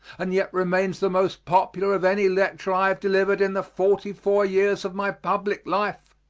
and yet remains the most popular of any lecture i have delivered in the forty-four years of my public life.